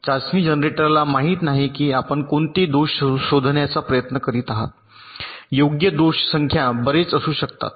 चाचणी जनरेटरला माहित नाही की आपण कोणते दोष शोधण्याचा प्रयत्न करीत आहात योग्य दोष संख्या बरेच असू शकतात